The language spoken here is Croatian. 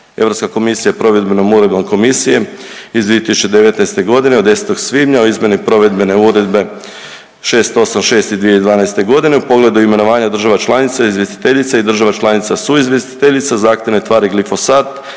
Europska komisija Provedbenom uredbom komisije iz 2019. godine od 10. svibnja o izmjeni Provedbene Uredbe 686 iz 2012. godine u pogledu imenovanja država članica izvjestiteljica i država članica suizvjesteljica zahtjevne tvari glifosat